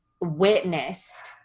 witnessed